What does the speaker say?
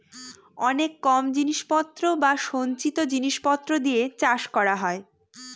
অনেক কম জিনিস পত্র বা সঞ্চিত জিনিস পত্র দিয়ে চাষ করা হয়